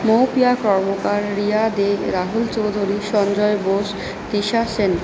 Moupia Karmakar Riya De Rahul Chowdhury Sanjay Bose Twisha Sen